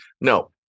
No